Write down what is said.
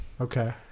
Okay